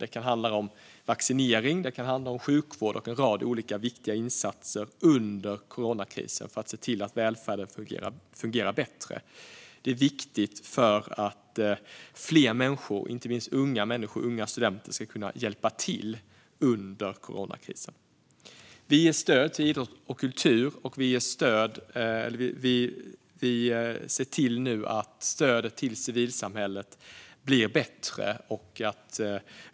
Det kan handla om vaccinering, sjukvård och en rad olika andra viktiga insatser som syftar till att välfärden ska fungera bättre. Det är viktigt för att fler människor, inte minst unga studenter, ska kunna hjälpa till under coronakrisen. Vi ger också stöd till idrott och kultur. Vi ser nu till att stödet till civilsamhället blir bättre.